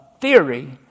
theory